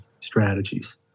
strategies